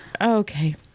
okay